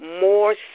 more